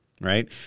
right